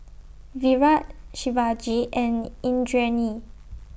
Virat Shivaji and Indranee